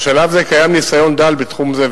בשלב זה קיים ניסיון דל בתחום זה,